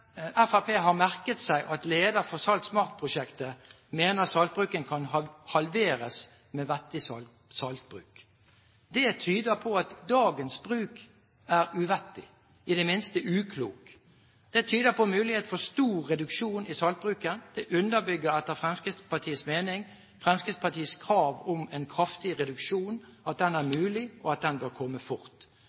Fremskrittspartiet har merket seg at lederen for Salt SMART-prosjektet mener at saltbruken kan halveres med vettig saltbruk. Det tyder på at dagens bruk er uvettig, i det minste uklok. Det tyder på mulighet for stor reduksjon i saltbruken. Det underbygger etter Fremskrittspartiets mening Fremskrittspartiets krav om at en kraftig reduksjon er mulig, og at den bør komme fort.